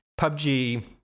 PUBG